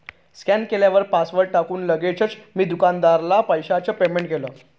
scan केल्यावर password टाकून लगेचच मी दुकानदाराला पैशाचं पेमेंट केलं